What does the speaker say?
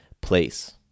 place